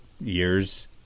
years